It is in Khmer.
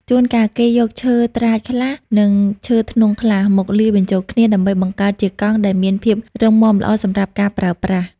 ជួនការ គេយកឈើត្រាចខ្លះ និងឈើធ្នង់ខ្លះ មកលាយបញ្ចូលគ្នា ដើម្បីបង្កើតជាកង់ដែលមានភាពរឹងមាំល្អសម្រាប់ការប្រើប្រាស់។